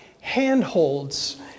handholds